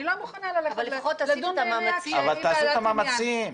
אני לא מוכנה ללכת לדון בעירייה כשהיא בעלת עניין.